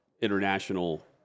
international